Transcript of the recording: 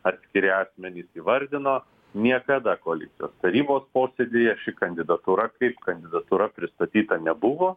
atskiri akmenys įvardino niekada koalicijos tarybos posėdyje ši kandidatūra kaip kandidatūra pristatyta nebuvo